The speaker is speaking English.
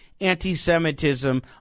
anti-Semitism